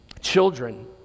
Children